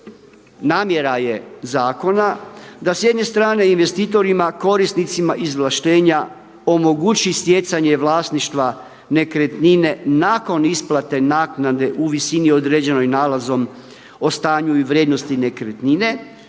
namjera je zakona da s jedne strane investitorima korisnicima izvlaštenja omogući stjecanje vlasništva nekretnine nakon isplate naknade u visini određenoj nalazom o stanju i vrijednosti nekretnine,